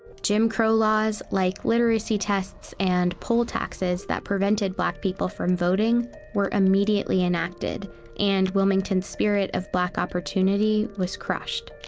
jim crow laws, like literacy tests and poll taxes that prevented black people from voting were immediately enacted and wilmington's spirit of black opportunity was crushed.